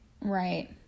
Right